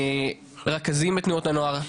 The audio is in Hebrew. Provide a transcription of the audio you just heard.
לרכזים בתנועות הנוער,